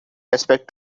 respect